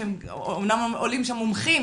שאומנם עולים שם מומחים